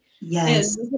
Yes